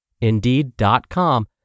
Indeed.com